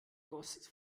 goss